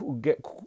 get